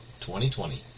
2020